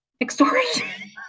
Extortion